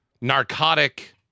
narcotic